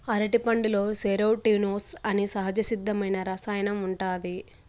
అరటిపండులో సెరోటోనిన్ అనే సహజసిద్ధమైన రసాయనం ఉంటాది